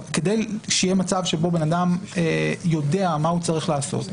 כדי שיהיה מצב שבו בן אדם יודע מה הוא צריך לעשות,